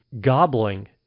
gobbling